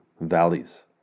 valleys